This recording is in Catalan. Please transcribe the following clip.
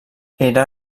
era